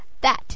That